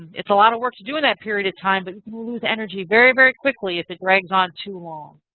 it's a lot of work to do in that period of time, but we'll lose energy very, very quickly if it drags on too long.